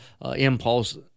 impulse